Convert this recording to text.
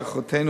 להערכתנו,